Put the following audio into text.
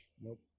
Nope